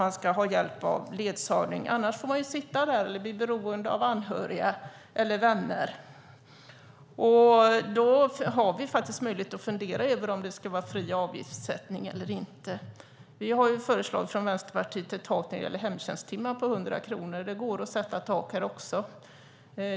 Annars får man sitta där eller bli beroende av anhöriga eller vänner. Vi har möjlighet att fundera över om det ska vara fri avgiftssättning eller inte. Vänsterpartiet har föreslagit ett tak när det gäller hemtjänsttimmar på 100 kronor. Det går att sätta ett tak här också.